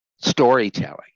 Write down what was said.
storytelling